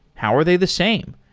how are they the same?